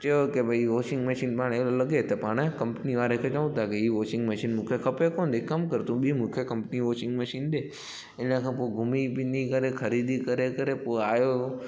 चयो की भई वॉशिंग मशीन पाणि अहिड़ो लॻे त पाणि कंपनी वारे खे चऊं था की ही वॉशिंग मशीन मूंखे खपे कोन हिक कमु कर तूं ॿीं मूंखे कंपनी जी वॉशिंग मशीन ॾे हिन खां पोइ घुमीं पिनी करे ख़रीदी करे करे पोइ आयो